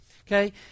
okay